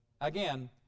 Again